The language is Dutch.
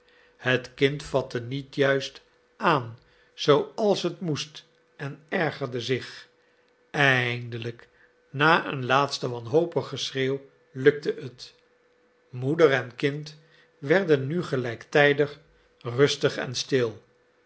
het kind vatte niet juist aan zooals het moest en ergerde zich eindelijk na een laatste wanhopig geschreeuw gelukte het moeder en kind werden nu gelijktijdig rustig en stil